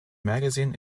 magazine